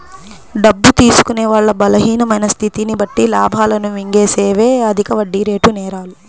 డబ్బు తీసుకునే వాళ్ళ బలహీనమైన స్థితిని బట్టి లాభాలను మింగేసేవే అధిక వడ్డీరేటు నేరాలు